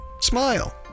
Smile